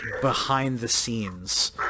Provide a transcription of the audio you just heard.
behind-the-scenes